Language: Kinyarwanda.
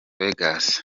vegas